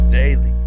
daily